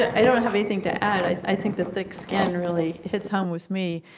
i don't have anything to add, i think the thick skin really hits home with me.